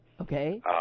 Okay